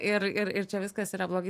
ir ir ir čia viskas yra blogai